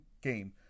game